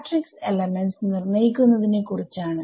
matrix elements നിർണ്ണയിക്കുന്നതിനെ കുറിച്ചാണ്